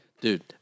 Dude